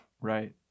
right